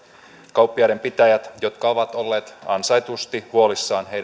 kauppojen pitäjät jotka ovat olleet ansaitusti huolissaan